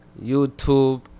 YouTube